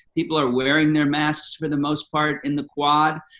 people are wearing their masks for the most part in the quad.